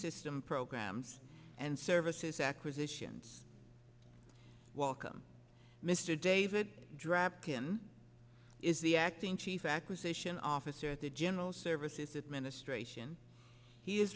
system programs and services acquisitions welcome mr david dr kim is the acting chief acquisition officer at the general services administration he is